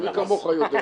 תודה,